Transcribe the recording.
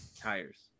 Tires